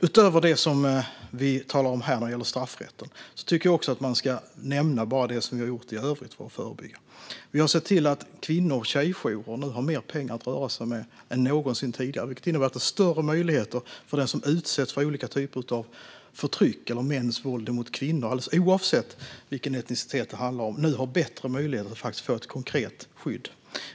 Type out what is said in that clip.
Utöver det som vi talar om här när det gäller straffrätten vill jag nämna det som vi har gjort i övrigt för att förebygga. Vi har sett till att kvinno och tjejjourer har mer pengar att röra sig med än någonsin tidigare. Det innebär större möjligheter för den som utsätts för olika typer av förtryck eller för mäns våld mot kvinnor, alldeles oavsett vilken etnicitet det handlar om, att få konkret skydd.